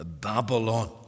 Babylon